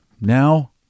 now